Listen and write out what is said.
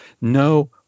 no